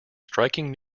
striking